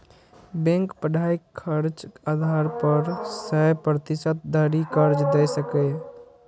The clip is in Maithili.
बैंक पढ़ाइक खर्चक आधार पर सय प्रतिशत धरि कर्ज दए सकैए